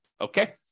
Okay